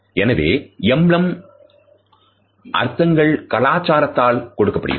எனவே emblem எம்பலத்தின் அர்த்தங்கள் கலாச்சாரத்தால் உருவாக்கப்படுகிறது